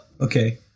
okay